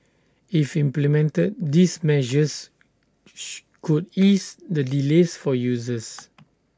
if implemented these measures could ease the delays for users